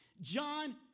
John